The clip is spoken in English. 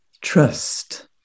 trust